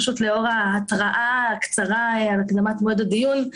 פשוט לאור ההתראה הקצרה על הקדמת מועד הדיון,